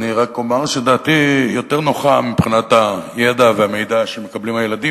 אני רק אומר שדעתי יותר נוחה מבחינת הידע והמידע שמקבלים הילדים,